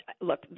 Look